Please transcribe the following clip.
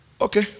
Okay